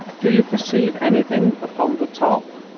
do you perceive anything upon the top?